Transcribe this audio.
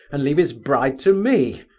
and leave his bride to me!